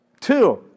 Two